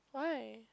why